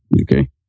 Okay